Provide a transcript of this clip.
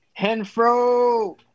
Henfro